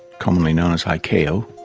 commonly known as like icao,